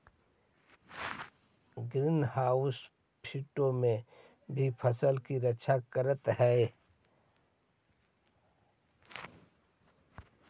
green house कीटों से भी फसलों की रक्षा करअ हई